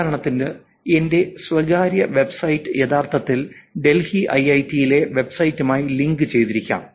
ഉദാഹരണത്തിന് എന്റെ സ്വകാര്യ വെബ്സൈറ്റ് യഥാർത്ഥത്തിൽ ഡൽഹി ഐഐടിയിലെ വെബ്സൈറ്റുമായി ലിങ്ക് ചെയ്തിരിക്കാം